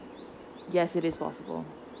yes it is possible